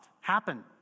happen